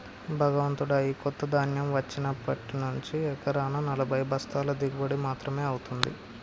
భగవంతుడా, ఈ కొత్త ధాన్యం వచ్చినప్పటి నుంచి ఎకరానా నలభై బస్తాల దిగుబడి మాత్రమే అవుతుంది